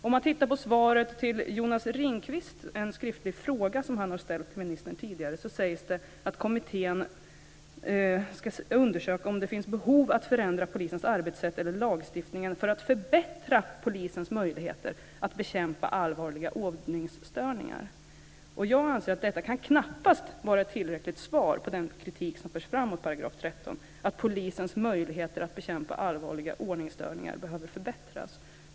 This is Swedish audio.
Om man tittar på svaret på en skriftlig fråga som Jonas Ringqvist har ställt till ministern tidigare ser man att det sägs att kommittén ska undersöka om det finns behov av att förändra polisens arbetssätt eller lagstiftningen för att förbättra polisens möjligheter att bekämpa allvarliga ordningsstörningar. Jag anser att det knappast kan vara ett tillräckligt svar på den kritik som förs fram mot § 13 att polisens möjligheter att bekämpa allvarliga ordningsstörningar behöver förbättras.